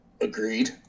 Agreed